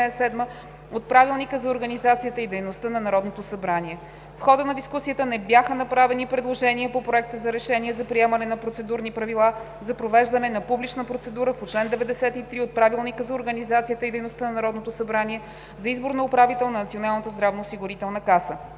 от Правилника за организацията и дейността на Народното събрание. В хода на дискусията не бяха направени предложения по Проекта за решение за приемане на процедурни правила за провеждане на публична процедура по чл. 93 от Правилника за организацията и дейността на Народното събрание за избор на управител на Националната здравноосигурителна каса.